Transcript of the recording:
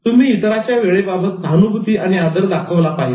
तुम्ही इतरांच्या वेळेबाबत सहानुभूती आणि आदर दाखविला पाहिजे